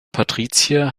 patrizier